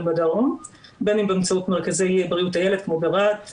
בדרום בין אם באמצעות מרכזי בריאות הילד כמו ברהט,